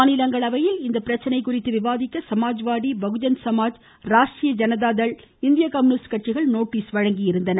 மாநிலங்களவையில் இப்பிரச்சினை குறித்து விவாதிக்க சமாஜ்வாடி பகுஜன் சமாஜ் ராஷ்ட்ரீய ஜனதாதள் இந்திய கம்யூனிஸ்ட் கட்சிகள் நோட்டீஸ் வழங்கியிருந்தன